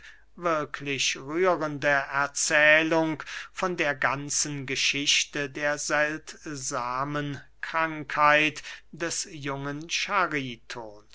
wirklich rührende erzählung von der ganzen geschichte der seltsamen krankheit des jungen